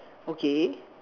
okay